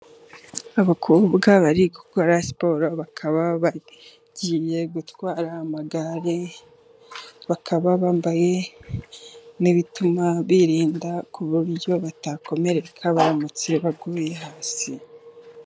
Abakobwa bari gukora siporo, bakaba bagiye gutwara amagare, bakaba bambaye n'ibituma birinda, ku buryo batakomereka baramutse baguye hasi.